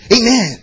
Amen